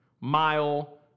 mile